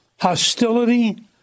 hostility